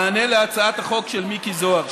מענה להצעת החוק של מיקי זוהר,